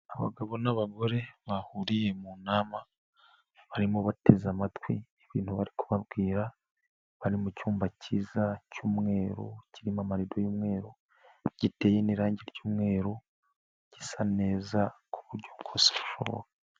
Abagabo n'abagore bahuriye mu nama barimo bateze amatwi ibintu bari kubabwira, bari mu cyumba kiza cy'umweru kirimo amarado y'umweru, giteye n'irangi ry'umweru, gisa neza ku buryo bwose bushoboka.